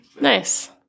Nice